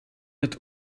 het